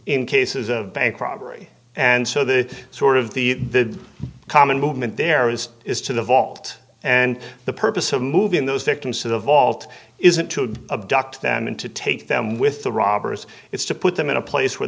in cases of bank robbery and so the sort of the common movement there is is to the vault and the purpose of moving those victims to the vault isn't to abducted them and to take them with the robbers it's to put them in a place where